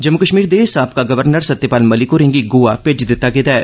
जम्मू कश्मीर दे साबका गवर्नर सत्यपाल मलिक होरें'गी गोवा भेजी दित्ता गेदा ऐ